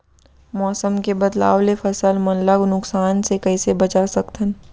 मौसम के बदलाव ले फसल मन ला नुकसान से कइसे बचा सकथन?